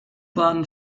bahn